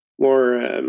more